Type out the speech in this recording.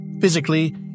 Physically